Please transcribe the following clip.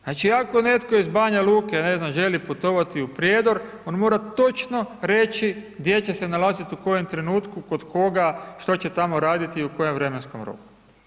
Znači ako netko iz Banjaluke, ne znam želi putovati u Prijedor on mora točno reći gdje će se nalaziti u kojem trenutku, kod koga, što će tamo raditi i u kojem vremenskom roku.